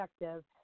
effective